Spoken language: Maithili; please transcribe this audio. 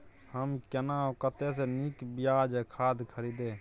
हम केना आ कतय स नीक बीज आ खाद खरीदे?